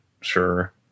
sure